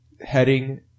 heading